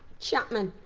chapman.